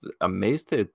amazed